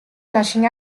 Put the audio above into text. flushing